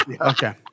Okay